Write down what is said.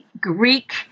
Greek